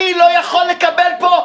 אני לא יכול לקבל פה?